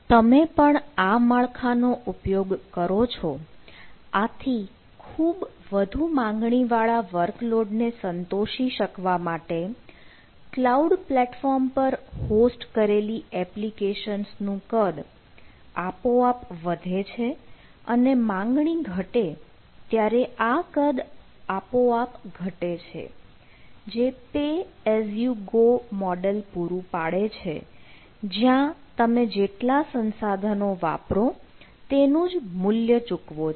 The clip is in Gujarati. તમે પણ આ માળખાનો ઉપયોગ કરો છો આથી ખૂબ વધુ માંગણીવાળા વર્કલોડ ને સંતોષી શકવા માટે કલાઉડ પ્લેટફોર્મ પર હોસ્ટ કરેલી એપ્લિકેશન્સ નું કદ આપોઆપ વધે છે અને માંગણી ઘટે ત્યારે આ કદ આપોઆપ ઘટે છે જે pay as you go model પૂરું પાડે છે જ્યાં તમે જેટલા સંસાધનો વાપરો તેનું જ મૂલ્ય ચૂકવો છો